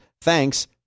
Thanks